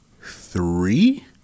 three